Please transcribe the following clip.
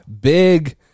Big